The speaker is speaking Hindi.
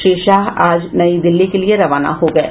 श्री शाह आज नई दिल्ली के लिए रवाना हो गये